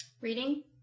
Reading